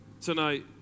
tonight